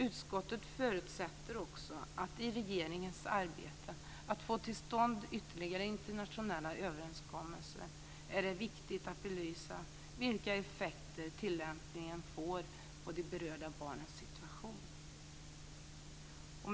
Utskottet säger också att det är viktigt att belysa vilka effekter tillämpningen får på de berörda barnens situation i regeringens arbete för att få till stånd ytterligare internationella överenskommelser.